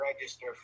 register